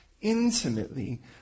intimately